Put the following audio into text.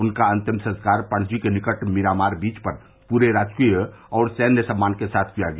उनका अन्तिम संस्कार पणजी के निकट मीरामार बीच पर पूरे राजकीय और सैन्य सम्मान के साथ किया गया